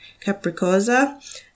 capricosa